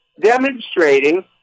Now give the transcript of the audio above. demonstrating